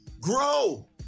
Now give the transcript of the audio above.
grow